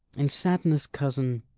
in sadness, cousin,